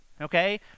Okay